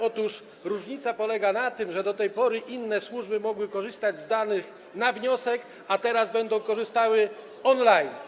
Otóż różnica polega na tym, że do tej pory inne służby mogły korzystać z danych na wniosek, a teraz będą korzystały on-line.